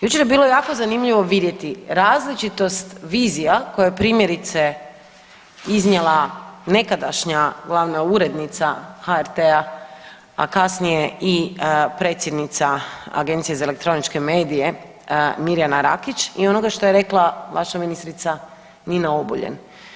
Jučer je bilo jako zanimljivo vidjeti različitost vizija koje je primjerice iznijela nekadašnja glavna urednica HRT-a, a kasnije i predsjednica Agencije za elektroničke medije Mirjana Rakić i onoga što je rekla vaša ministrica Nina Obuljen.